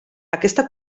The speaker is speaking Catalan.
aquesta